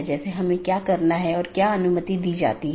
तो 16 बिट के साथ कई ऑटोनॉमस हो सकते हैं